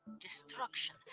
destruction